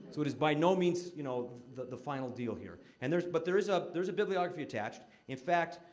so, it is, by no means, you know, the final deal here. and there is but there is ah there is a bibliography attached. in fact,